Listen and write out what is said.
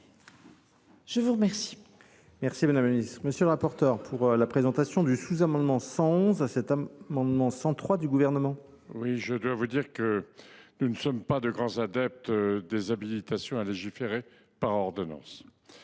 à vous remercier.